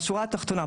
בשורה התחתונה,